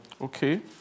Okay